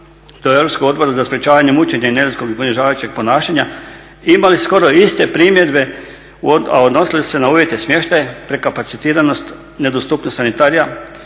odbor za sprečavanje mučenja i neljudskog ponižavajućeg ponašanja imali skoro iste primjedbe, a odnosili su se na uvjete smještaja, prekapacitiranost, nedostupnost sanitarija,